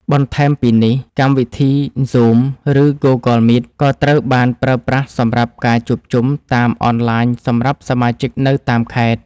បន្ថែមពីនេះ កម្មវិធី ហ្ស៊ូម ឬ ហ្គូហ្គល មីត ក៏ត្រូវបានប្រើប្រាស់សម្រាប់ការជួបជុំតាមអនឡាញសម្រាប់សមាជិកនៅតាមខេត្ត។